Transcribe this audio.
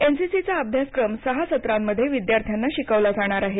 एनसीसीचा अभ्यासक्रम सहा सत्रांमध्ये विद्यार्थ्यांना शिकविला जाणार आहे